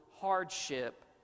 hardship